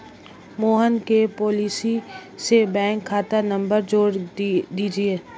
मोहन के पॉलिसी से बैंक खाता नंबर जोड़ दीजिए